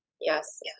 Yes